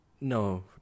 no